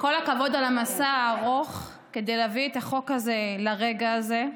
כל הכבוד על המסע הארוך כדי להביא את החוק הזה לרגע הזה.